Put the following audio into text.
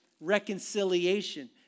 reconciliation